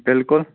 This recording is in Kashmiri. بالکل